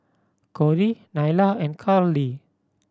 Corry Nyla and Karly